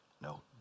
No